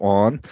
on